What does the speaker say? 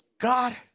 God